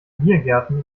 biergärten